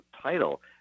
title